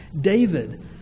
David